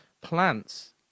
plants